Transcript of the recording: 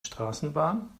straßenbahn